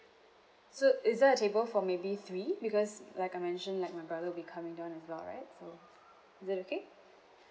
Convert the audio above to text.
so is there a table for maybe three because like I mentioned like my brother will be coming down as well right so is it okay